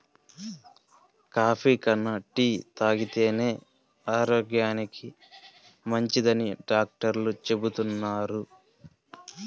coffee కన్నా tea తాగితేనే ఆరోగ్యానికి మంచిదని డాక్టర్లు చెబుతున్నారు